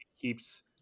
keeps